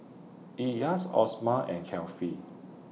Elyas Osman and Kefli